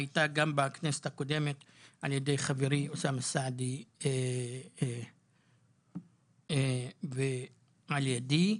הייתה גם בכנסת הקודמת על ידי חברי אוסאמה סעדי ועל ידי.